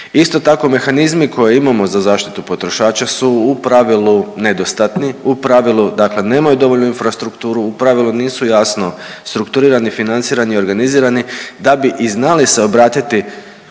Isto tako, mehanizmi koje imamo za zaštitu potrošača su u pravilu nedostatni, u pravilu, dakle nemaju dovoljnu infrastrukturu, u pravilu nisu jasno strukturirani, financirani, organizirani da bi i znali se obratiti